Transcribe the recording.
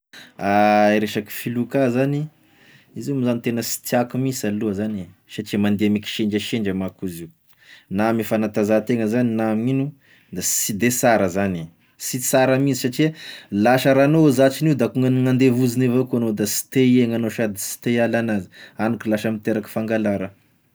Resaka filoka zany, izy io moa zany tena sy tiàko mihinsy aloha zany e satria mande ame kisendrasendra manko izy io, na ame fanantanzahantena zany na amin'ino da sy de sara zany, sy sara minsy satria lasa raha anao zatrin'io da kognany gn'andevoziny avao koa anao da sy te iegna anao sady sy te hiala anazy hany ka lasa miteraky fangalara.